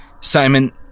Simon